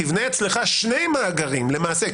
תבנה אצלך שני מאגרים למעשה,